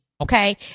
okay